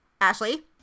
Ashley